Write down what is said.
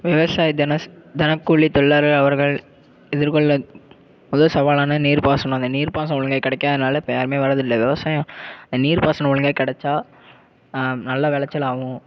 விவசாயி தினக்கூலி தொழிலாளி அவர்கள் எதிர்கொள்ள முதல் சவாலான நீர்ப்பாசனம் அந்த நீர்ப்பாசனம் ஒழுங்காக கிடைக்காதனால இப்போ யாருமே வர்றது இல்லை விவசாயம் நீர்ப்பாசனம் ஒழுங்காக கெடைச்சா நல்ல விளைச்சல் ஆகும்